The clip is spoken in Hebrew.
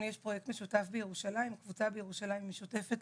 לנו יש פרויקט משותף בירושלים או קבוצה בירושלים שהיא משותפת